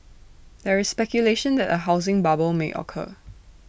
there is speculation that A housing bubble may occur